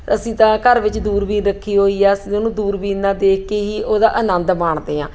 ਅਸੀਂ ਤਾਂ ਘਰ ਵਿੱਚ ਦੂਰਬੀਨ ਰੱਖੀ ਹੋਈ ਆ ਅਸੀਂ ਉਹਨੂੰ ਦੂਰਬੀਨ ਨਾਲ ਦੇਖ ਕੇ ਹੀ ਉਹਦਾ ਆਨੰਦ ਮਾਣਦੇ ਹਾਂ